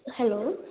hello